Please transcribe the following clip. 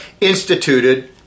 instituted